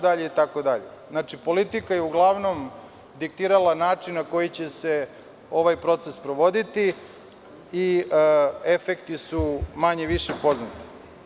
Dakle, politika je uglavnom diktirala način na koji će se ovaj proces sprovoditi i efekti su manje-više poznati.